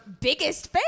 biggest